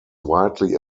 widely